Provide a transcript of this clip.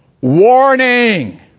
Warning